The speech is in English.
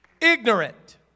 ignorant